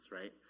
right